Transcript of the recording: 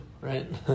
right